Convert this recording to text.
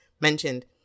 mentioned